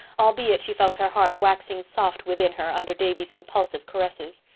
albeit she felt her heart waxing soft within her under davy's impulsive caresses.